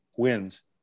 wins